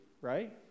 right